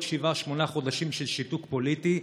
שבעה-שמונה חודשים של שיתוק פוליטי,